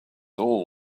all